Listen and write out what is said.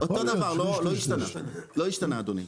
אותו דבר, לא השתנה, לא השתנה אדוני,